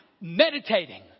meditating